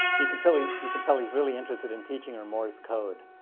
you can tell. you you can tell he's really interested in teaching her morse code.